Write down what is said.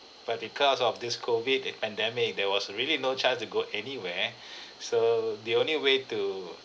but because of this COVID pandemic there was really no chance to go anywhere so the only way to